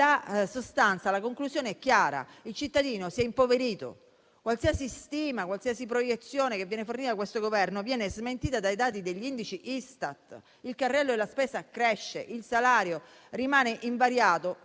la conclusione è chiara: il cittadino si è impoverito. Qualsiasi stima, qualsiasi proiezione che viene fornita da questo Governo viene smentita dagli indici Istat: il carrello della spesa cresce, il salario rimane invariato.